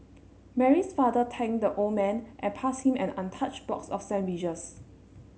Mary's father thanked the old man and passed him an untouched box of sandwiches